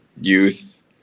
youth